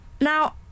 Now